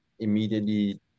immediately